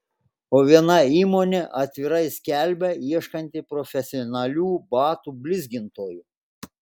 o viena įmonė atvirai skelbia ieškanti profesionalių batų blizgintojų